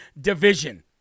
Division